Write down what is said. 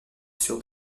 sur